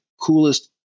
coolest